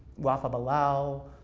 wafaa bilal,